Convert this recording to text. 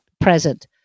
present